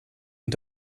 und